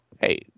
hey